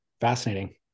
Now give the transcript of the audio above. fascinating